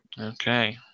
Okay